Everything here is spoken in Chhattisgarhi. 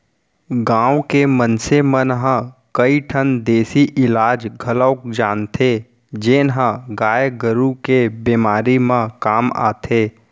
गांव के मनसे मन ह कई ठन देसी इलाज घलौक जानथें जेन ह गाय गरू के बेमारी म काम आथे